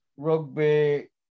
rugby